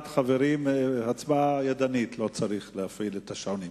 חברים, הצבעה ידנית, לא צריך להפעיל את השעונים.